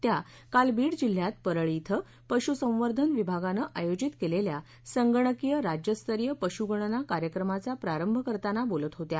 त्या काल बीड जिल्ह्यात परळी इथं पशुसंवर्धन विभागानं आयोजित केलेल्या संगणकीय राज्यस्तरीय पशुगणना कार्यक्रमाचा प्रारंभ करताना बोलत होत्या